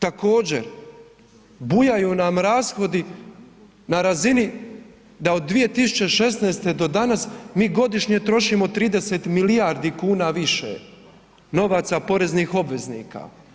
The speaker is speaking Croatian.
Također, bujaju nam rashodi na razini da od 2016. do danas mi godišnje trošimo 30 milijardi kuna više novaca poreznih obveznika.